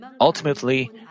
Ultimately